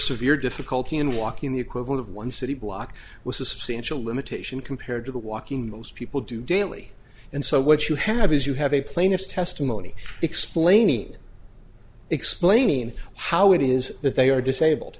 severe difficulty in walking the equivalent of one city block was a substantial limitation compared to the walking most people do daily and so what you have is you have a plaintiff's testimony explaining explaining how it is that they are disabled